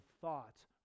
thoughts